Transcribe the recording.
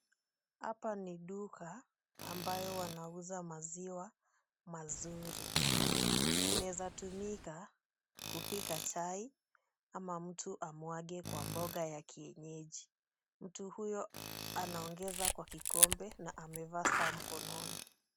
Hapa ni duka ambayo wanauza maziwa mazuri. Inaweza tumika kupika chai ama mtu amwage kwa mboga ya kienyeji. Mtu huyo anaongeza kwa kikombe na amevaa saa mkononi.